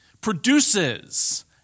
produces